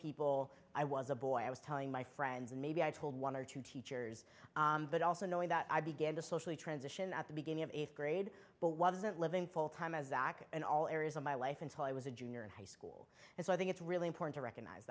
people i was a boy i was telling my friends and maybe i told one or two teachers but also knowing that i began to socially transition at the beginning of eighth grade but wasn't living full time as in all areas of my life until i was a junior in high school and so i think it's really important to recognize